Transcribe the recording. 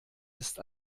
ist